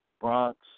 Bronx